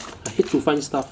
I hate to find stuff